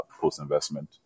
post-investment